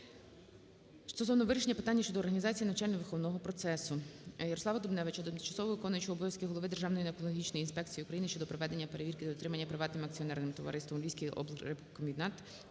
вирішення питання щодо організації навчально-виховного процесу. ЯрославаДубневича до тимчасово виконуючого обов'язки голови Державної екологічної інспекції України щодо проведення перевірки дотримання Приватним акціонерним товариством "Львівський облрибкомбінат"